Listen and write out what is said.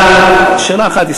היא דיפרנציאלית, היא מצוינת.